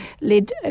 led